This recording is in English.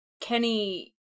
Kenny